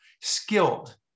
skilled